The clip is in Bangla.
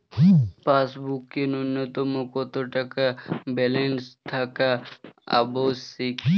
পাসবুকে ন্যুনতম কত টাকা ব্যালেন্স থাকা আবশ্যিক?